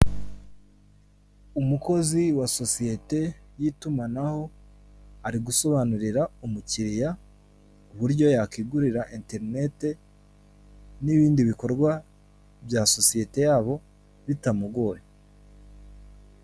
Umukozi wa sosiyeti y'itumanaho ari gusobanurira umukiriya uburyo yakwigirira Enterinete n'ibindi bikorwa bya sosiyete yabo bitamugoye